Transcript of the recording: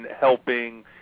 helping